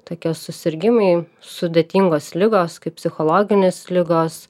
tokie susirgimai sudėtingos ligos kaip psichologinės ligos